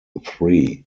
three